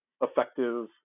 effective